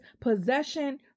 possession